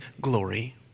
glory